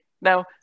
Now